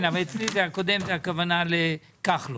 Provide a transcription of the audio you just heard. כן, אבל אצלי, הקודם הכוונה היא לכחלון.